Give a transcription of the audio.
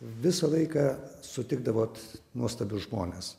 visą laiką sutikdavot nuostabius žmones